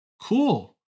Cool